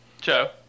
Joe